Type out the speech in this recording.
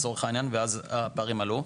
לצורך העניין ואז הפערים עלו.